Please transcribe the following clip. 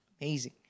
Amazing